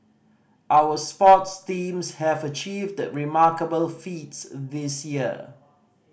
our sports teams have achieved remarkable feats this year